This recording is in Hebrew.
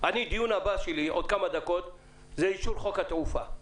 הדיון הבא שלי עוד כמה דקות זה אישור חוק התעופה.